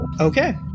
okay